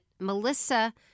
Melissa